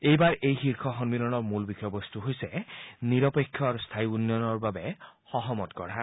এইবাৰ এই শীৰ্ষ সন্মিলনৰ মূল বিষয়বস্তু হৈছে নিৰপেক্ষ আৰু স্থায়ী উন্নয়নৰ বাবে সহমত গঢ়া